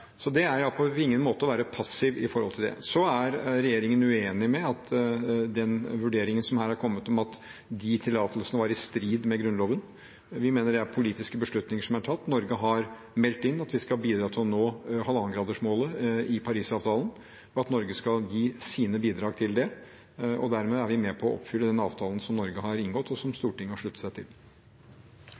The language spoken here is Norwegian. Det er på ingen måte å være passiv i forhold til det. Så er regjeringen uenig i den vurderingen som her har kommet om at de tillatelsene var i strid med Grunnloven. Vi mener det er politiske beslutninger som er tatt, Norge har meldt inn at vi skal bidra til å nå 1,5-gradersmålet i Parisavtalen, og at Norge skal gi sine bidrag til det. Dermed er vi med på å oppfylle den avtalen som Norge har inngått, og som Stortinget har sluttet seg til.